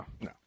no